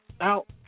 out